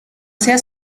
sea